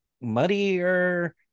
muddier